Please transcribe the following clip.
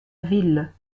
ville